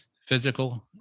Physical